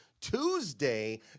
Tuesday